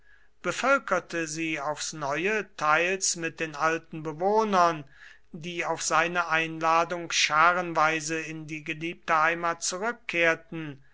bevölkerte sie aufs neue teils mit den alten bewohnern die auf seine einladung scharenweise in die geliebte heimat zurückkehrten